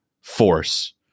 force